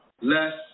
less